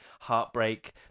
heartbreak